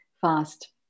fast